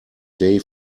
day